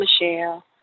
Michelle